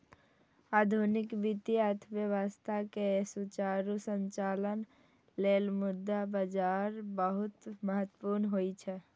आधुनिक वित्तीय अर्थव्यवस्था के सुचारू संचालन लेल मुद्रा बाजार बहुत महत्वपूर्ण होइ छै